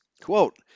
Quote